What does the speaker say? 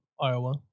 Iowa